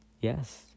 Yes